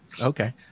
Okay